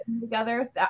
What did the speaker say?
together